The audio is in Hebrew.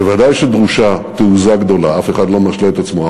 ודאי שדרושה תעוזה גדולה, אף אחד לא משלה את עצמו.